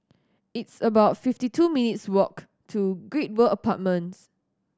it's about fifty two minutes' walk to Great World Apartments